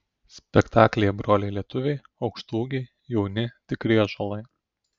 spektaklyje broliai lietuviai aukštaūgiai jauni tikri ąžuolai